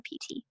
pt